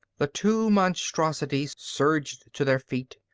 the two monstrosities surged to their feet,